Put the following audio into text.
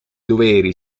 doveri